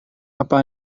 apa